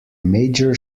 major